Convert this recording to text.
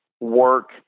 work